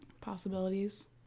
Possibilities